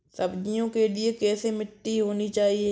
सब्जियों के लिए कैसी मिट्टी होनी चाहिए?